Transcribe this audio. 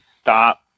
stop